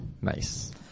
Nice